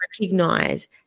recognize